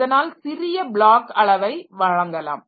அதனால் சிறிய பிளாக் அளவை வழங்கலாம்